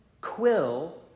quill